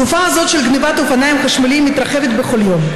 תופעה זו של גנבת אופניים חשמליים מתרחבת בכל יום,